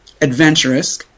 adventurous